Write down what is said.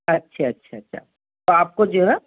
اچھا اچھا اچھا تو آپ کو جو ہے